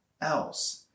else